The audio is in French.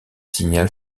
signale